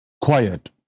quiet